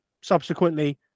subsequently